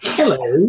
Hello